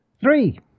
Three